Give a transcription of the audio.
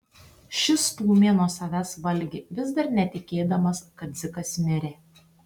šis stūmė nuo savęs valgį vis dar netikėdamas kad dzikas mirė